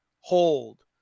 hold